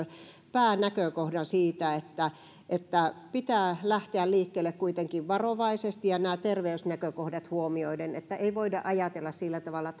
päänäkökohdan siitä että että pitää lähteä liikkeelle kuitenkin varovaisesti ja nämä terveysnäkökohdat huomioiden että ei voida ajatella sillä tavalla